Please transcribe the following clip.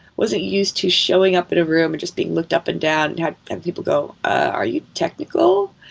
wasn't used to showing up in a room and just being looked up and down and had people go, are you technical?